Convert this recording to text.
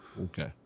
Okay